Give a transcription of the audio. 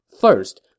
First